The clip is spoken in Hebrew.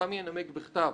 אותם ינמק בכתב."